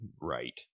Right